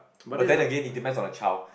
but then again it depends on the child